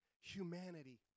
humanity